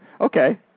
Okay